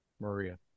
Maria